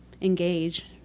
engage